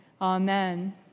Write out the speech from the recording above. Amen